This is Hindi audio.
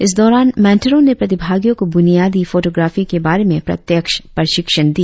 इस दौरान मेंटरो ने प्रतिभागियों को बुनियादी फोटोग्राफी के बारे में प्रत्यक्ष प्रशिक्षण दिया